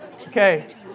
Okay